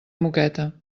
moqueta